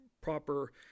proper